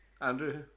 Andrew